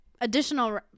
additional